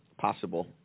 possible